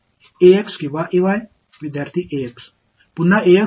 மாணவர் மீண்டும் பங்களிக்கப் போகிறது